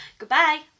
Goodbye